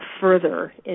further